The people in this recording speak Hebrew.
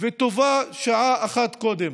וטובה שעה אחת קודם.